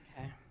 okay